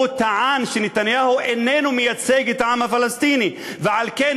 טען שנתניהו איננו מייצג את העם הפלסטיני ועל כן